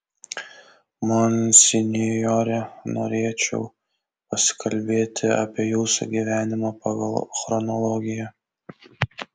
monsinjore norėčiau pasikalbėti apie jūsų gyvenimą pagal chronologiją